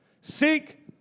seek